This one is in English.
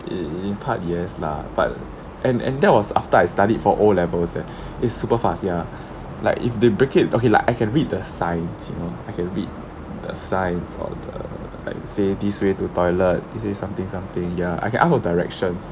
in in part yes lah but and and that was after I studied for O levels leh it's super fast ya like if they break it okay like I can read the signs you know I can read the sign like say this way to toilet this way something something yeah I can ask for directions